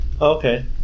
Okay